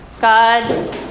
God